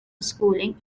schooling